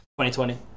2020